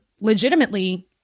legitimately